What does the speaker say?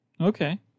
Okay